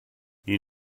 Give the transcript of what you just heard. you